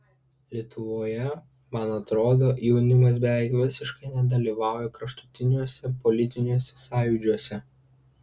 lietuvoje man atrodo jaunimas beveik visiškai nedalyvauja kraštutiniuose politiniuose sąjūdžiuose